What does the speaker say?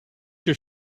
your